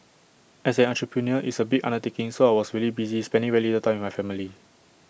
as an entrepreneur it's A big undertaking so I was really busy spending very little time with my family